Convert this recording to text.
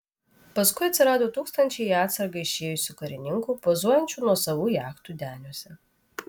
paskui atsirado tūkstančiai į atsargą išėjusių karininkų pozuojančių nuosavų jachtų deniuose